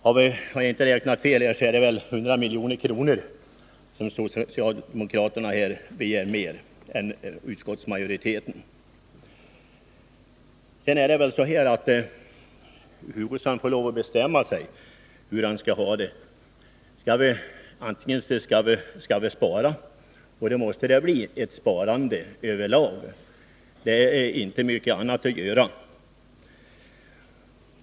Har vi inte räknat fel, så är det väl minst 100 milj.kr. som socialdemokraterna begär mer än utskottsmajoriteten i bara detta betänkande. Kurt Hugosson får lov att bestämma sig för hur han skall ha det. Skall vi spara måste det bli ett sparande över lag; det är inte mycket annat att göra.